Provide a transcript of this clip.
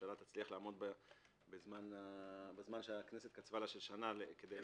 הממשלה תצליח לעמוד בזמן של שנה שהכנסת קצבה לה כדי ליישם.